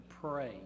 pray